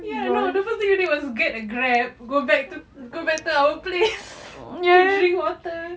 ya no the first thing we did was get a Grab go back to go back to our place drink water